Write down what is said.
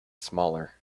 smaller